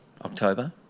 October